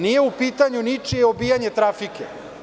Nije u pitanju ničije obijanje trafike.